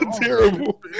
terrible